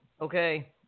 okay